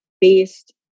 based